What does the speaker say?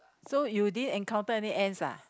so you didn't encounter any ants ah